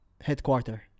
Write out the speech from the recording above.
headquarter